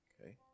Okay